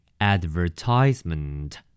Advertisement